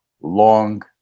Long